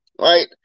right